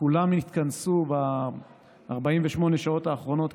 כולם התכנסו ב-48 השעות האחרונות,